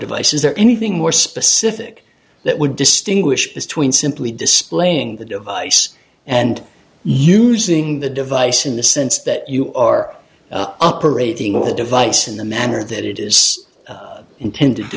device is there anything more specific that would distinguish between simply displaying the device and using the device in the sense that you are operating the device in the manner that it is intended to